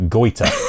Goiter